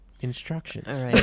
Instructions